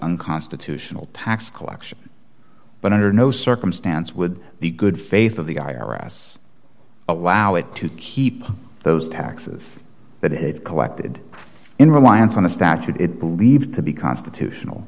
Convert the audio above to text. unconstitutional tax collection but under no circumstance would the good faith of the i r s allow it to keep those taxes that it collected in reliance on a statute it believed to be constitutional